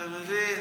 אתה מבין?